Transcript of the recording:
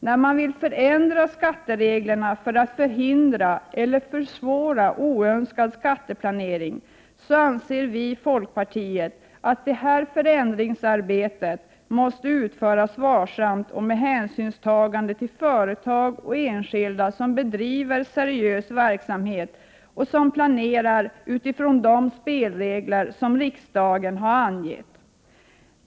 När man vill förändra skattereglerna för att förhindra eller försvåra oönskad skatteplanering anser vi i folkpartiet att detta förändringsarbete måste utföras varsamt 131 och med hänsynstagande till företag och enskilda som bedriver seriös verksamhet och som planerar utifrån de spelregel som riksdagen har angivit.